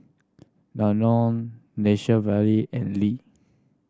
Danone Nature Valley and Lee